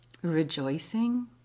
Rejoicing